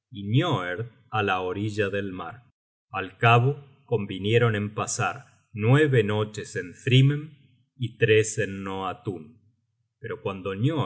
á la orilla del mar al cabo convinieron en pasar nueve noches en thrymhem y tres en noatun pero cuando